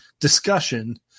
discussion